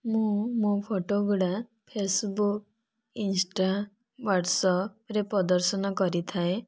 ମୁଁ ମୋ' ଫଟୋଗୁଡ଼ିକ ଫେସବୁକ୍ ଇନ୍ଷ୍ଟା ହ୍ଵାଟ୍ସ୍ଆପ୍ରେ ପ୍ରଦର୍ଶନ କରିଥାଏ